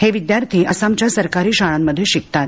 हे विद्यार्थी आसामच्या सरकारी शाळांमध्ये शिकतात